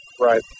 Right